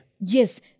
Yes